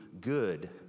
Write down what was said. good